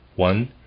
One